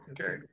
Okay